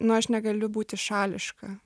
nu aš negaliu būti šališka